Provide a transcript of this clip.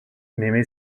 mimi